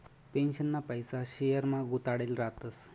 पेन्शनना पैसा शेयरमा गुताडेल रातस